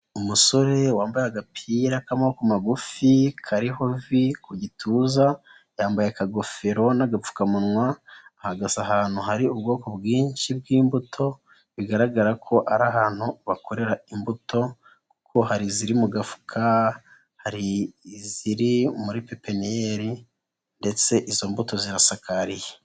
Umusore wambaye agapira k'amaboko magufi, kariho V ku gituza, yambaye akagofero n'agapfukamunwa, ahagaze ahantu hari ubwoko bwinshi bw'imbuto, bigaragara ko ari ahantu bakorera imbuto kuko hari iziri mu gafuka, hari iziri muri pepeniyeri ndetse izo mbuto zirasakariye.